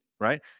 right